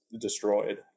destroyed